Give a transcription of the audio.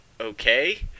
okay